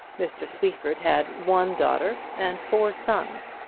mr. sleaford had one daughter and four sons,